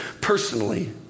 personally